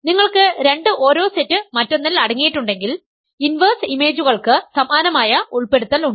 നിങ്ങൾക്ക് രണ്ട് ഓരോ സെറ്റ് മറ്റൊന്നിൽ അടങ്ങിയിട്ടുണ്ടെങ്കിൽ ഇൻവെർസ് ഇമേജുകൾക്ക് സമാനമായ ഉൾപ്പെടുത്തൽ ഉണ്ട്